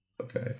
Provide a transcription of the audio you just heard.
Okay